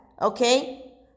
okay